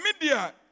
media